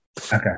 okay